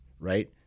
Right